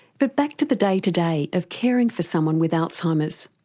but back to the day-to-day of caring for someone with alzheimer's.